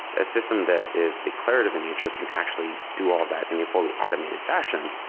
a system that is declarative in nature can actually do all that in a fully automated fashion.